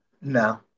No